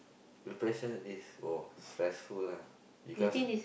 depression is oh stressful lah because